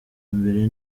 mbere